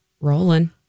rolling